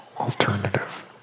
alternative